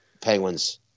Penguins